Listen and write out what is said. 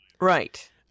Right